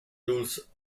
rules